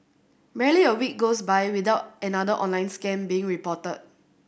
barely a week goes by without another online scam being reported